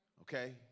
okay